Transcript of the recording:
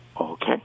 Okay